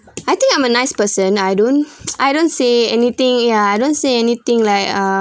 I think I'm a nice person I don't I don't say anything ya I don't say anything like uh